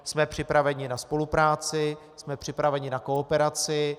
Jsme připraveni na spolupráci, jsme připraveni na kooperaci.